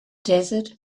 desert